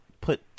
put